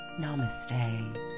Namaste